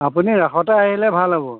আপুনি ৰাসতে আহিলে ভাল হ'ব